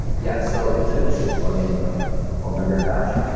yeah, so it's an additional plugin called members dash.